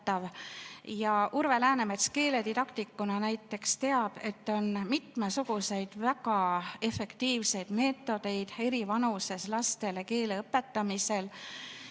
Urve Läänemets keeledidaktikuna näiteks teab, et on mitmesuguseid väga efektiivseid meetodeid eri vanuses lastele keele õpetamisel.